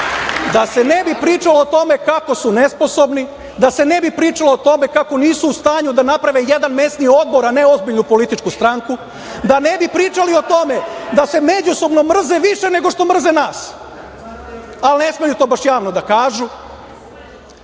da se ne bi pričalo o tome kako su nesposobni, da se ne bi pričalo o tome kako nisu u stanju da naprave jedan mesni odbor a ne ozbiljnu političku stranku, da ne bi pričali o tome da se međusobno mrze više nego što mrze nas, ali ne smeju to baš javno da kažu,